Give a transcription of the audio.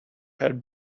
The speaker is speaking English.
had